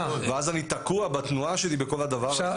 אז אני תקוע בתנועה שלי בכל הדבר הזה.